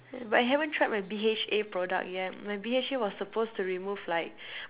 but I haven't tried my B_H_A product yet my B_H_A was supposed to remove like